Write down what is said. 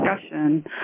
discussion